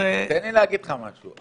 זה --- תן לי להגיד לך משהו.